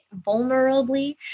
vulnerably